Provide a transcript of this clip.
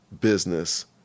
business